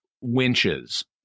winches